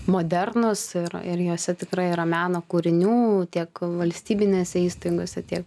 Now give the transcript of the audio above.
modernūs ir ir jose tikrai yra meno kūrinių tiek valstybinėse įstaigose tiek